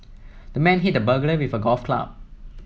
the man hit the burglar with a golf club